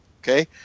okay